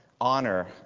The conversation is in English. honor